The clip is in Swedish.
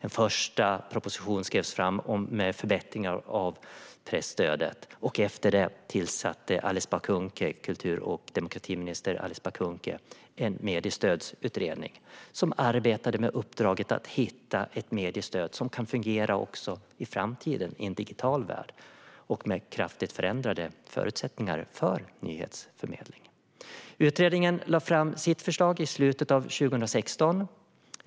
En första proposition skrevs om förbättringar av presstödet, och efter detta tillsatte kultur och demokratiminister Alice Bah Kuhnke en mediestödsutredning som arbetade med uppdraget att hitta ett mediestöd som kan fungera också i framtiden i en digital värld med kraftigt förändrade förutsättningar för nyhetsförmedling. Utredningen lade fram sitt förslag i slutet av 2016.